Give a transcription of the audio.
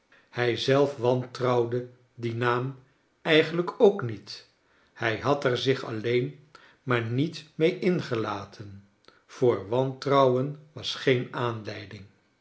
hij zelf wantrouwde dien naam eigenlijk ook niet hij had er zich alleen maar niet mee ingelaten voor wantrouwen was geen aanleiding